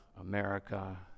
America